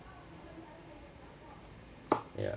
ya